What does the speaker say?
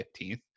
15th